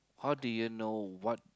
how do you know what